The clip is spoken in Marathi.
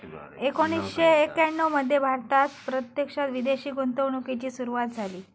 एकोणीसशे एक्याण्णव मध्ये भारतात प्रत्यक्षात विदेशी गुंतवणूकीची सुरूवात झाली